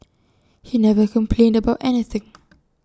he never complained about anything